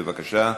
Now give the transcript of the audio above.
בבקשה,